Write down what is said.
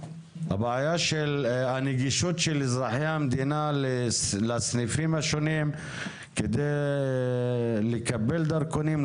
הבעיה של הנגישות של אזרחי המדינה לסניפים השונים כדי לקבל דרכונים,